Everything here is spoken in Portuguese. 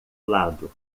lado